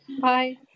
Bye